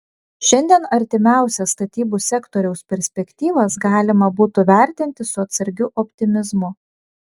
šiandien artimiausias statybų sektoriaus perspektyvas galima būtų vertinti su atsargiu optimizmu